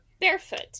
barefoot